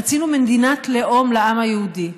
רצינו מדינת לאום לעם היהודי,